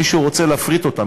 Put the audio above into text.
מפני שמישהו רוצה להפריט אותם,